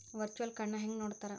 Virtual ಕಾರ್ಡ್ನ ಹೆಂಗ್ ನೋಡ್ತಾರಾ?